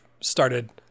started